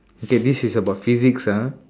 okay this is about physics ah